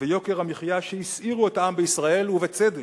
ויוקר המחיה, שהסעירו את העם בישראל, ובצדק,